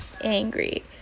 Angry